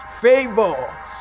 favor